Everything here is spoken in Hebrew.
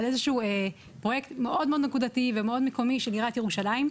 איזשהו פרויקט מאוד נקודתי ומאוד מקומי של עיריית ירושלים.